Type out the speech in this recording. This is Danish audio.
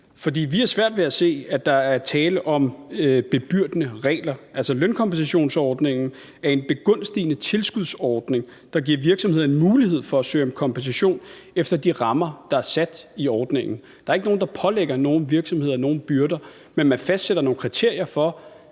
vi har svært ved at se, at der er tale om bebyrdende regler. Lønkompensationsordningen er en begunstigende tilskudsordning, der giver virksomheder en mulighed for at søge om kompensation efter de rammer, der er sat i ordningen. Der er ikke nogen, der pålægger nogen virksomhed nogen byrder, men man fastsætter nogle kriterier for,